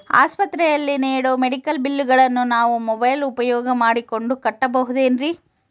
ಆಸ್ಪತ್ರೆಯಲ್ಲಿ ನೇಡೋ ಮೆಡಿಕಲ್ ಬಿಲ್ಲುಗಳನ್ನು ನಾವು ಮೋಬ್ಯೆಲ್ ಉಪಯೋಗ ಮಾಡಿಕೊಂಡು ಕಟ್ಟಬಹುದೇನ್ರಿ?